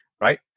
right